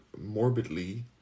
morbidly